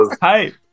hey